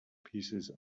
pieces